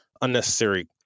unnecessary